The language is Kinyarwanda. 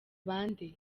bande